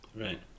Right